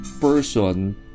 person